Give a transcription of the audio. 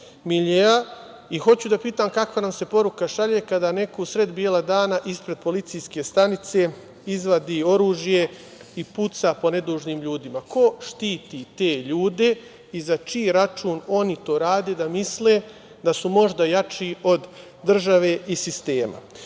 miljea i hoću da pitam kakva nam se poruka šalje kada neko usred bela dana ispred policijske stanice izvadi oružje i puca po nedužnim ljudima? Ko štiti te ljude i za čiji račun oni to rade, da misle da su možda jači od države i sistema? Što